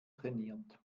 trainiert